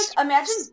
imagine